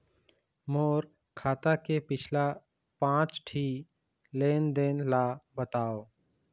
मोर खाता के पिछला पांच ठी लेन देन ला बताव?